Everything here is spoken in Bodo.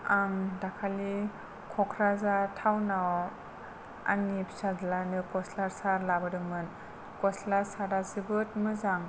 आं दाखालि क'क्राझार टाउनाव आंनि फिसाज्लानो गस्ला सार्ट लाबोदोंमोन गस्ला सार्ट आ जोबोद मोजां